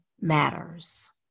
matters